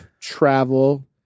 travel